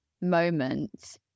moment